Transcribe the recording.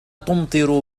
تمطر